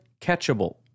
catchable